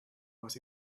was